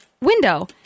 window